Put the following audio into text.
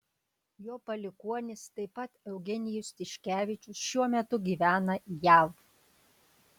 jo palikuonis taip pat eugenijus tiškevičius šiuo metu gyvena jav